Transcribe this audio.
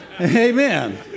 Amen